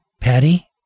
Patty